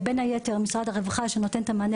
בין היתר, ממשרד הרווחה, שנותן את המענה